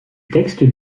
texte